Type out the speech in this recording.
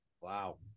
Wow